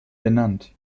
benannt